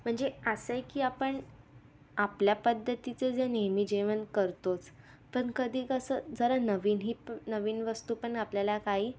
म्हणजे असंय की आपण आपल्या पद्धतीचं जे नेहमी जेवण करतोच पण कधी कसं जरा नवीनही नवीन वस्तू पण आपल्याला काही